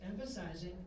emphasizing